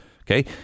Okay